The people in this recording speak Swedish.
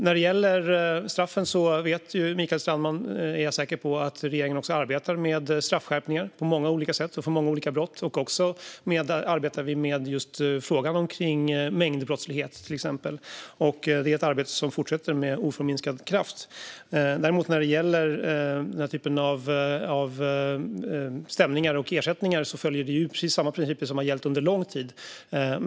När det gäller straffen är jag säker på att Mikael Strandman vet att regeringen arbetar med straffskärpningar på många olika sätt och för många olika brott. Vi arbetar också just med frågan om mängdbrottslighet. Det är ett arbete som fortsätter med oförminskad kraft. När det däremot gäller den här typen av stämningar och ersättningar följer det precis samma principer som har gällt under lång tid.